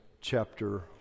chapter